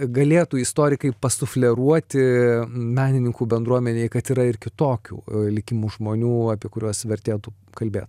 galėtų istorikai pasufleruoti menininkų bendruomenei kad yra ir kitokių likimų žmonių apie kuriuos vertėtų kalbėt